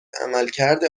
عملکرد